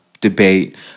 debate